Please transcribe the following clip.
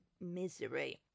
misery